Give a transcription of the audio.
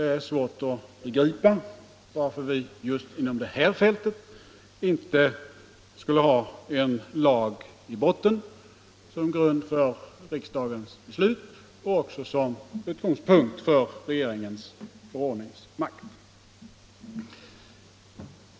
Det är svårt att begripa varför vi just inom detta fält inte skulle ha en lag i botten som grund för riksdagens beslut och även som utgångspunkt för regeringens förordningsmakt.